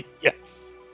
Yes